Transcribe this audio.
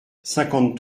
cinquante